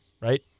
right